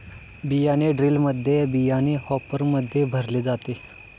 बियाणे ड्रिलमध्ये बियाणे हॉपरमध्ये भरले जाते